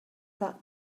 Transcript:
that